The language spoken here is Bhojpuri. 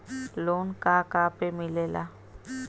लोन का का पे मिलेला?